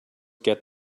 get